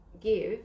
give